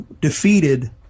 defeated